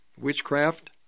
witchcraft